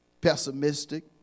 pessimistic